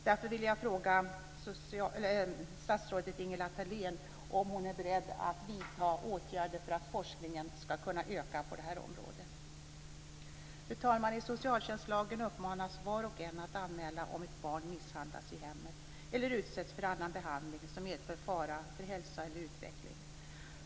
Därför vill jag fråga statsrådet Ingela Thalén om hon är beredd att vidta åtgärder för att forskningen ska kunna öka på detta område. I socialtjänstlagen uppmanas var och en att anmäla om ett barn misshandlas i hemmet eller utsätts för annan behandling som medför fara för hälsa eller utveckling.